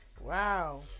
wow